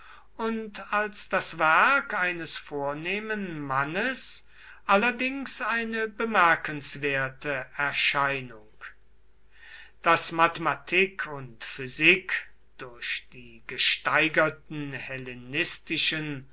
und als das werk eines vornehmen mannes allerdings eine bemerkenswerte erscheinung daß mathematik und physik durch die gesteigerten hellenistischen